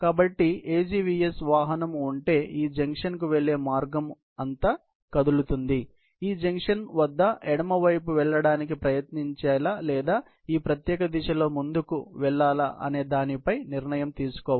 కాబట్టి AGVS వాహనం ఉంటే ఈ జంక్షన్కు వెళ్లే మార్గం అంతా కదులుతుంది ఈ జంక్షన్ వద్ద ఎడమ వైపు వెళ్ళడానికి ప్రయత్నించాలా లేదా ఈ ప్రత్యేక దిశలో ముందుకు వెళ్ళాలా అనే దానిపై నిర్ణయం తీసుకోవాలి